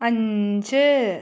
അഞ്ച്